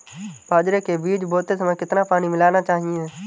बाजरे के बीज बोते समय कितना पानी मिलाना चाहिए?